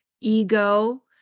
ego